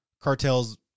cartels